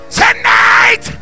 tonight